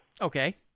Okay